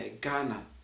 Ghana